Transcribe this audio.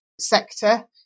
sector